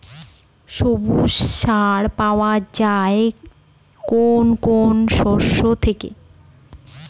সবুজ সার পাওয়া যায় কোন কোন শস্য থেকে?